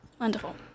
Wonderful